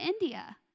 India